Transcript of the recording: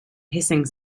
hissing